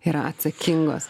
yra atsakingos